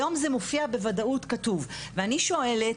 היום זה מופיע בוודאות כתוב ואני שואלת,